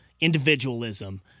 individualism